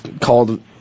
called